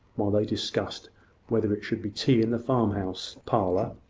while they discussed whether it should be tea in the farmhouse parlour,